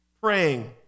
Praying